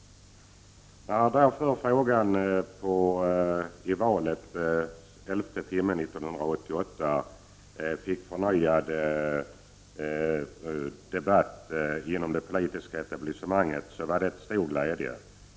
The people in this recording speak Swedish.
Det var därför en stor glädje när frågan fick en förnyad aktualitet hos det politiska etablissemanget i valdebattens elfte timme år 1988.